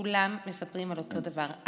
כולם מספרים על אותו דבר,